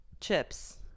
chips